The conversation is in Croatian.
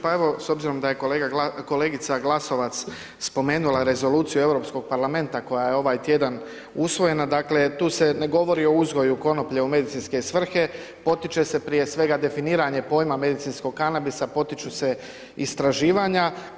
Pa evo s obzirom da je kolegica Glasovac spomenula rezoluciju Europskog parlamenta koja je ovaj tjedan usvojena, dakle tu se ne govori o uzgoju konoplje u medicinske svrhe, potiče se prije svega definiranje pojma medicinskog kanabisa, potiču se istraživanja.